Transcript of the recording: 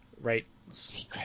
right